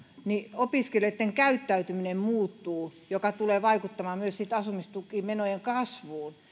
opiskelijoitten käyttäytyminen muuttuu mikä tulee vaikuttamaan myös sitten asumistukimenojen kasvuun